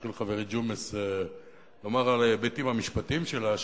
והתחיל חברי ג'ומס לומר את ההיבטים המשפטיים שלה,